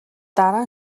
дараа